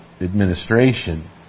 administration